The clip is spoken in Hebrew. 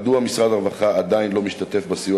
מדוע משרד הרווחה עדיין לא משתתף בסיוע